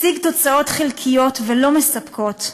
השיג תוצאות חלקיות ולא מספקות.